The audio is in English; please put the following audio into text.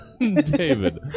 david